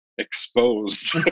exposed